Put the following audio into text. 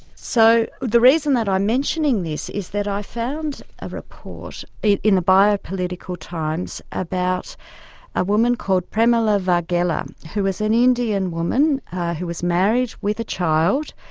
so the reason that i'm mentioning this is that i found a report in the biopolitical times about a woman called premila vaghela who was an indian woman who was married with a child,